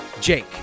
Jake